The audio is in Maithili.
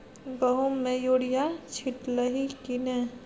गहुम मे युरिया छीटलही की नै?